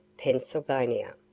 Pennsylvania